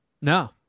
No